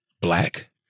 black